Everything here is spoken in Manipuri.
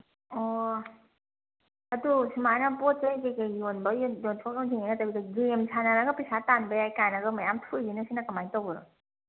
ꯑꯣ ꯑꯗꯨ ꯁꯨꯃꯥꯏꯅ ꯄꯣꯠ ꯆꯩ ꯀꯩꯀꯩ ꯌꯣꯟꯕꯩ ꯌꯣꯛꯊꯣꯛ ꯌꯣꯟꯖꯤꯟꯒꯤ ꯅꯠꯇꯕꯤꯗ ꯒꯦꯝ ꯁꯥꯟꯅꯔꯒ ꯄꯩꯁꯥ ꯇꯥꯟꯕ ꯌꯥꯏ ꯀꯥꯏꯅꯒ ꯃꯌꯥꯝ ꯊꯣꯛꯏꯁꯤꯅ ꯁꯤꯅ ꯀꯃꯥꯏ ꯇꯧꯕꯅꯣ